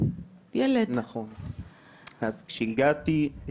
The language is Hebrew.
כולם נלחמים בך, שם, איפה שגדלתי,